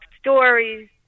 stories